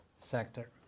sector